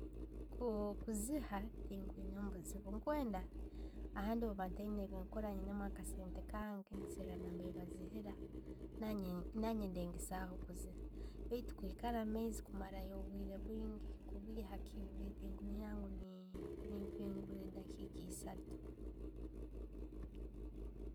Ku- kuziiha tinkiyinemu obuzzibu. Nkwenda, ahandi bwemba ntaiyina bwenkukora, niinamu akasente kange, nseera bwebaziihira, nangye nangye ndegesaaho kuziiha bwaitu kwiikara omumaizi kumarayo obwiire bwingi baitu tinkuniira ngu ne mpiingura edaakiika essatu.